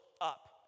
up